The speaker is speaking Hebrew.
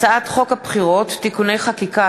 הצעת חוק הבחירות (תיקוני חקיקה),